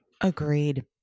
Agreed